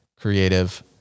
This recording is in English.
creative